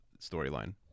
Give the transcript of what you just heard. storyline